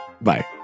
Bye